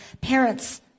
parents